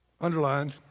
Underlined